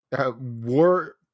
war